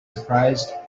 surprised